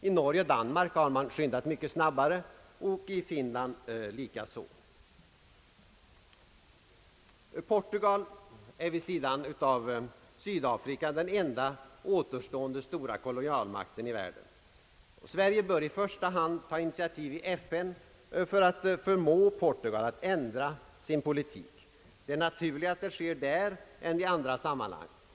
I Norge och Danmark har man skyndat mycket snabbare, liksom även i Finland. Portugal är vid sidan av Sydafrika den enda återstående stora kolonialmakten i världen. Sverige bör i första hand ta initiativ i FN för att förmå Portugal att ändra sin politik; det är naturligare att detta sker där än i andra sammanhang.